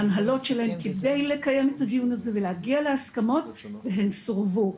להנהלות שלהם על מנת לקיים את הדיון הזה ולהגיע להסכמות והם סורבו.